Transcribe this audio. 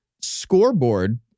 scoreboard